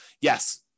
yes